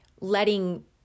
letting